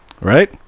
right